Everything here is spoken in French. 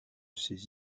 ces